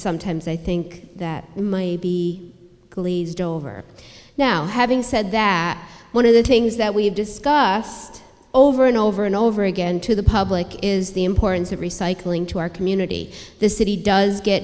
sometimes i think that we might be glazed over now having said that one of the things that we have discussed over and over and over again to the public is the importance of recycling to our community the city does get